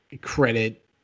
credit